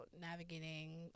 navigating